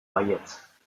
baietz